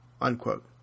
Unquote